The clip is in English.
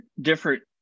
different